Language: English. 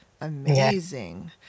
amazing